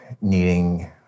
needing